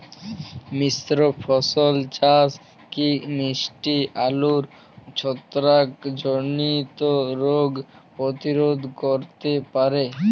মিশ্র ফসল চাষ কি মিষ্টি আলুর ছত্রাকজনিত রোগ প্রতিরোধ করতে পারে?